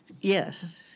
yes